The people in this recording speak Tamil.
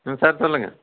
ம் சார் சொல்லுங்கள்